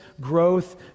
growth